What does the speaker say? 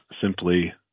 simply